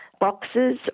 boxes